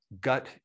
gut